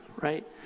right